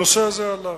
הנושא הזה עלה,